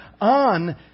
on